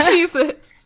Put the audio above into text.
Jesus